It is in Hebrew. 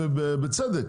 ובצדק,